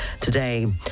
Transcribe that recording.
today